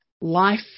Life